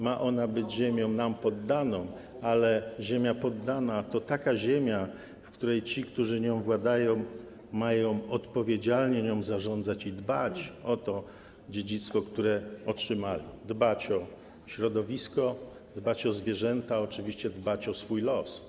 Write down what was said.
Ma ona być ziemią nam poddaną, ale ziemia poddana to taka ziemia, w której ci, którzy nią władają, mają odpowiedzialnie nią zarządzać i dbać o to dziedzictwo, które otrzymali, dbać o środowisko, dbać o zwierzęta, oczywiście dbać o swój los.